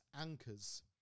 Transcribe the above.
anchors